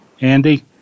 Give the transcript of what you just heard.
Andy